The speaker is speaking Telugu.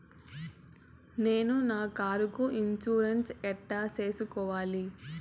నేను నా కారుకు ఇన్సూరెన్సు ఎట్లా సేసుకోవాలి